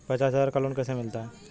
पचास हज़ार का लोन कैसे मिलता है?